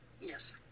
Yes